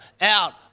out